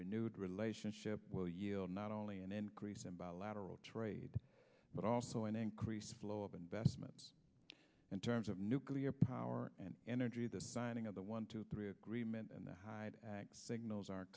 renewed relationship will yield not only an increase in bilateral trade but also an increased flow of investments in terms of nuclear power and energy the signing of the one two three agreement and the hyde act signals